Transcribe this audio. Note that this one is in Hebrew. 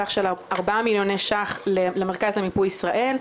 בסך של 4,233 אלפי ש"ח למרכז למיפוי ישראל.